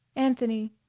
anthony!